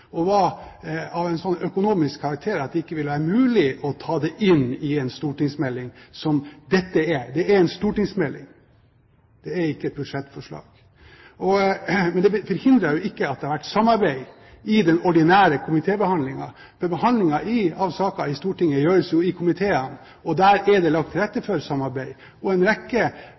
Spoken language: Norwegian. og var av en sånn økonomisk karakter at det ikke ville være mulig å ta dem inn i en stortingsmelding, som dette er. Det er en stortingsmelding, det er ikke et budsjettforslag. Men det forhindrer jo ikke at det har vært samarbeid i den ordinære komitébehandlingen, for behandlingen av saker i Stortinget gjøres jo i komiteene, og der er det lagt til rette for samarbeid. En rekke